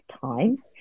time